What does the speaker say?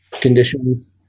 conditions